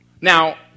Now